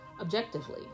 objectively